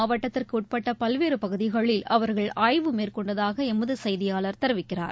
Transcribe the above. மாவட்டத்திற்குஉட்பட்டபல்வேறுபகுதிகளில் தஞ்சாவூர் அவர்கள் ஆய்வு மேற்கொண்டதாகஎமதுசெய்தியாளர் தெரிவிக்கிறார்